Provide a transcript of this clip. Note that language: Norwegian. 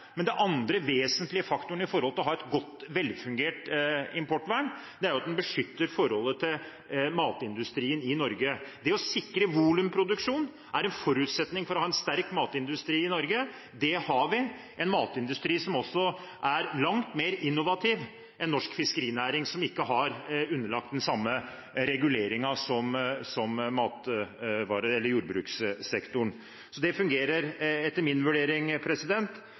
Men den andre vesentlige faktoren for å ha et godt og velfungerende importvern, er at man beskytter forholdet til matindustrien i Norge. En forutsetning for en sterk matindustri i Norge er å sikre volumproduksjon. Det har vi. Vi har en matindustri som er langt mer innovativ enn norsk fiskerinæring, som ikke er underlagt den samme reguleringen som jordbrukssektoren. Så dette fungerer etter min vurdering